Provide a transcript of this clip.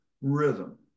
rhythm